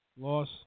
Loss